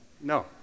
No